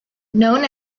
known